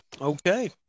Okay